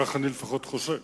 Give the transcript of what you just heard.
כך אני לפחות חושב,